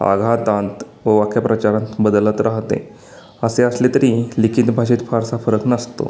आघातांत व वाक्याप्रचारांत बदलत राहते असे असले तरी लिखित भाषेत फारसा फरक नसतो